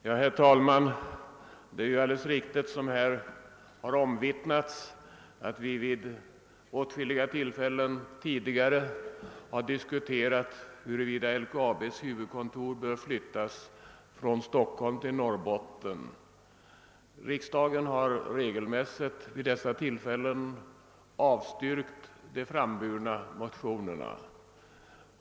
Herr talman! Det är ju alldeles riktigt som här har omvittnats att vi vid åtskilliga tillfällen tidigare diskuterat huruvida LKAB:s huvudkontor bör flyttas från Stockholm till Norrbotten. Riksdagen har vid dessa tillfällen regelmässigt avslagit de väckta motionerna.